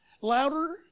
louder